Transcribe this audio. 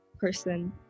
person